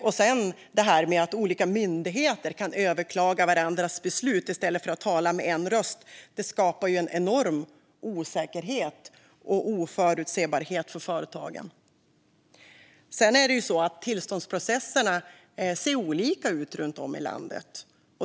Och detta att olika myndigheter kan överklaga varandras beslut i stället för att tala med en röst skapar enorm osäkerhet och oförutsebarhet för företagen. Det är också så att tillståndsprocesserna ser olika ut runt om i landet.